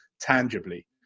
tangibly